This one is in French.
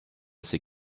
ses